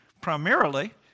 primarily